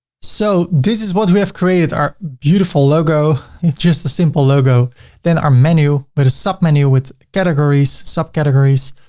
so, this is what we have created, our beautiful logo, it's just a simple logo then our menu with but a sub menu with categories, sub categories,